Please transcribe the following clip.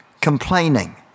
complaining